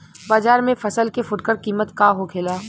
बाजार में फसल के फुटकर कीमत का होखेला?